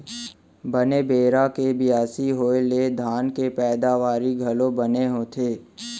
बने बेरा के बियासी होय ले धान के पैदावारी घलौ बने होथे